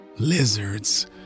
Lizards